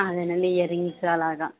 అదేనండి ear rings అలాగ